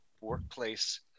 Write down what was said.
workplace